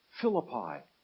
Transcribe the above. Philippi